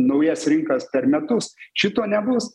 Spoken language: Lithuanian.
naujas rinkas per metus šito nebus